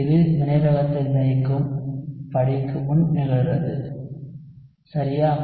இது வினைவேகத்தை நிர்ணயிக்கும் படிக்கு முன் நிகழ்கிறது சரியா